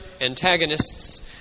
antagonists